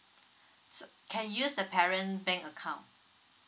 so can use the parent bank account